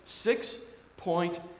six-point